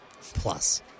plus